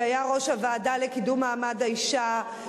שהיה ראש הוועדה לקידום מעמד האשה,